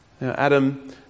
Adam